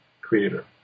creator